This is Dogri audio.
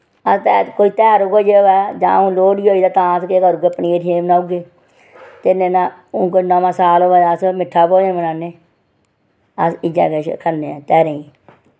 कोई तेहार उ'ऐ जेहा होऐ जां हून लोह्ड़ी होई ते तां अस केह् करी ओड़गे पनीर शनीर बनाई ओड़गे ते नेईं तां हून कोई नमां साल होऐ ते अस मिट्ठा भोजन बनान्ने इ'यै किश खन्ने तेहारें ई